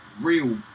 real